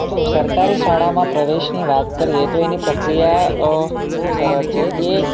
જો સરકારી શાળામાં પ્રવેશની વાત કરીએ તો એની પ્રક્રિયા બહુ સરળ છે કે